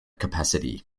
capacity